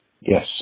Yes